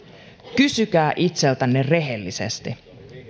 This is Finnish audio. kysykää itseltänne rehellisesti